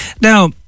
Now